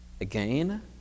Again